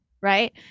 right